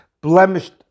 blemished